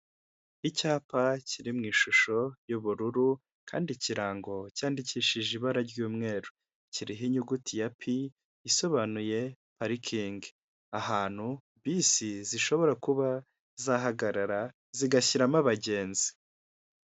Icyapa kiri mu ishusho y'ubururu kandi ikirango cyandikishije ibara ry'umweru kiho inyuguti ya pi isobanuye parikingi ahantu bisi zishobora kuba zahagarara zigashyiramo abagenzi.